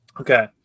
Okay